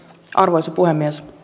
arvoisa puhemies